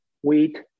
wheat